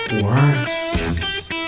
worse